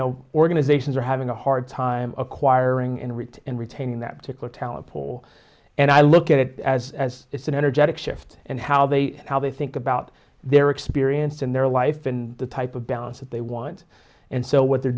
know organizations are having a hard time acquiring in rate and retaining that particular talent pool and i look at it as as it's an energetic shift in how they how they think about their experience and their life in the type of balance that they want and so what they're